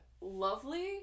lovely